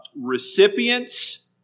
recipients